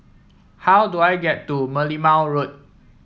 how do I get to Merlimau Road